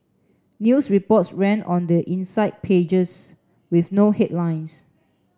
news reports ran on the inside pages with no headlines